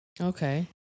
Okay